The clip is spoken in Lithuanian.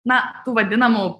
na tų vadinamų